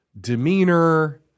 demeanor